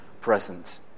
present